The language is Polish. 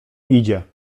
idzie